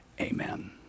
amen